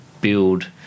build